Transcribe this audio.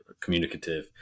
communicative